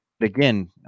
Again